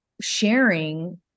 sharing